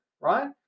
right